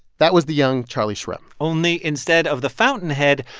that was the young charlie shrem only instead of the fountainhead,